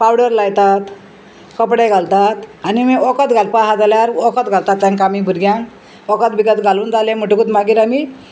powder लायतात कपडे घालतात आनी वखद घालपा आहा जाल्यार वखद घालतात तेंका आमी भुरग्यांक वखद बिकत घालून जाले म्हणटकूच मागीर आमी